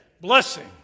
Blessing